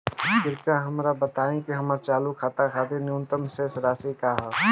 कृपया हमरा बताइं कि हमर चालू खाता खातिर न्यूनतम शेष राशि का ह